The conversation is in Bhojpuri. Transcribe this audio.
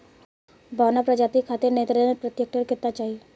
बौना प्रजाति खातिर नेत्रजन प्रति हेक्टेयर केतना चाही?